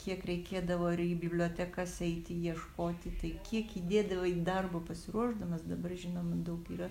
kiek reikėdavo ir į bibliotekas eiti ieškoti tai kiek įdėdavai darbo pasiruošdamas dabar žinoma daug yra